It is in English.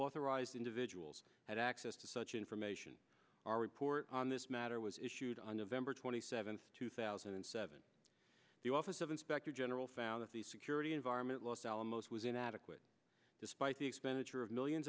authorized individuals had access to such information our report on this matter was issued on november twenty seventh two thousand and seven the office of inspector general found that the security environment los alamos was inadequate despite the expenditure of millions